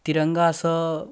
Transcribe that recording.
तिरङ्गासँ